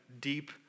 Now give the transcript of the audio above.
deep